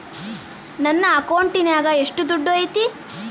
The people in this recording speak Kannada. ನನ್ನ ಅಕೌಂಟಿನಾಗ ಎಷ್ಟು ದುಡ್ಡು ಐತಿ?